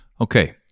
Okay